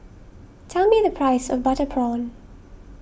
tell me the price of Butter Prawn